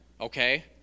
Okay